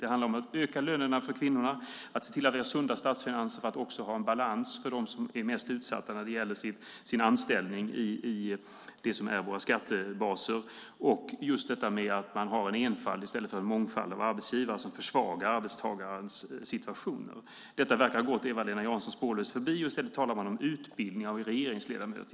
Det handlar om att öka lönerna för kvinnorna, att se till att vi har sunda statsfinanser för att också ha en balans för dem som är mest utsatta i sin anställning i det som är våra skattebaser och att ha en mångfald av arbetsgivare i stället för en enfald, vilket försvagar arbetstagarens situation. Detta verkar ha gått Eva-Lena Jansson spårlöst förbi. I stället talar hon om utbildning av regeringsledamöter.